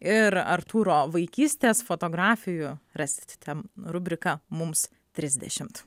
ir artūro vaikystės fotografijų rasit ten rubriką mums trisdešimt